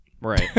Right